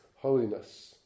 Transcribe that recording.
holiness